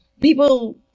people